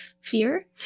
fear